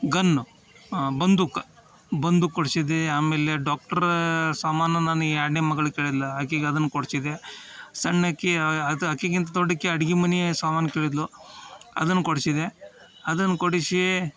gun ಬಂದೂಕು ಬಂದೂಕು ಕೊಡ್ಸಿದೆ ಆಮೇಲೆ ಡಾಕ್ಟ್ರಾ ಸಾಮಾನು ನನ್ನ ಎರಡನೇ ಮಗ್ಳು ಕೇಳಿದ್ಳು ಆಕಿಗೆ ಅದನ್ನು ಕೊಡಿಸಿದೆ ಸಣ್ಣಾಕೆ ಅದು ಆಕಿಗಿಂತ ದೊಡ್ಡಾಕಿ ಅಡ್ಗೆ ಮನೆ ಸಾಮಾನು ಕೇಳಿದ್ಳು ಅದನ್ನು ಕೊಡಿಸಿದೆ ಅದನ್ನು ಕೊಡಿಸಿ